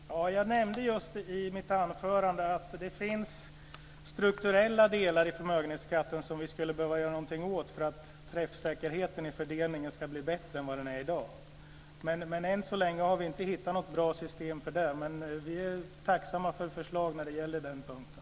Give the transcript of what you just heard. Fru talman! Jag nämnde just i mitt anförande att det finns strukturella delar i förmögenhetsskatten som vi skulle behöva göra någonting åt för att träffsäkerheten i fördelningen ska bli bättre än vad den är i dag. Än så länge har vi inte hittat något bra system för det, men vi är tacksamma för förslag när det gäller den punkten.